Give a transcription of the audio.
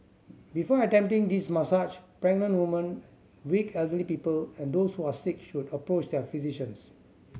before attempting this massage pregnant women weak elderly people and those who are sick should approach their physicians